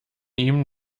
ihm